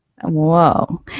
Whoa